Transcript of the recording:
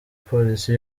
polisi